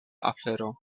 afero